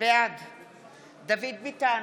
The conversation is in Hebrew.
בעד דוד ביטן,